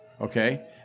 okay